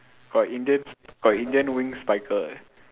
got indians got indian wing spiker eh